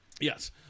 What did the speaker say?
Yes